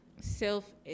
self